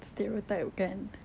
stereotype kan